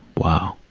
wow.